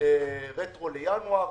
רטרו לינואר.